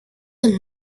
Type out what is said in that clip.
the